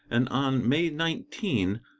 and on may nineteen,